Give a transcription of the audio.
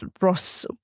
Ross